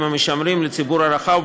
המשמרים לציבור הרחב משימה ראשונה במעלה,